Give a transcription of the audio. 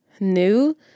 new